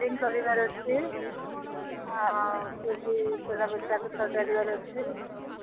wiring କରିବାର ଅଛି ଆଉ ଟି ଭି ସଜାଡ଼ିବାର ଅଛି